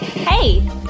Hey